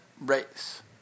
race